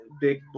big